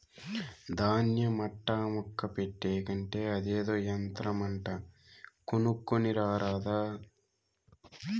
దాన్య మట్టా ముక్క పెట్టే కంటే అదేదో యంత్రమంట కొనుక్కోని రారాదా